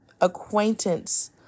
acquaintance